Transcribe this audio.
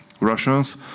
Russians